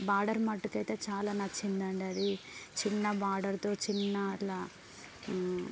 border మటుకైతే చాలా నచ్చిందండి అది చిన్నా బార్డర్తో చిన్న అట్లా